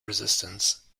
resistance